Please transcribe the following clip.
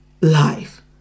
life